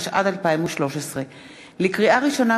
התשע"ד 2013. לקריאה ראשונה,